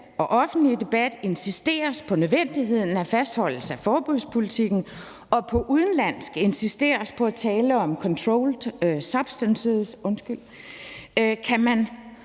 og offentlige debat insisteres på nødvendigheden af en fastholdelse af forbudspolitikken og på udenlandsk insisteres på at tale om controlled substances – undskyld – kan man